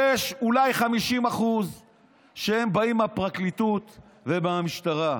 יש אולי 50% שהם באים מהפרקליטות ומהמשטרה.